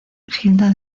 hilda